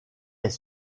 est